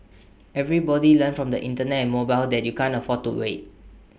everybody learned from the Internet and mobile that you can't afford to wait